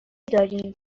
داریم